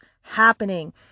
happening